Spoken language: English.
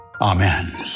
Amen